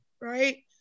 right